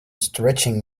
stretching